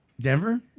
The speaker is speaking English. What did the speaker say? Denver